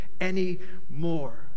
anymore